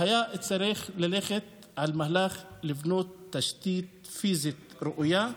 והיה צריך ללכת על מהלך של בניית תשתית פיזית ראויה,